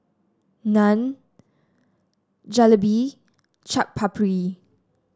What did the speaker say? Naan Jalebi Chaat Papri